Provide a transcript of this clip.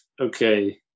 okay